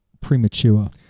premature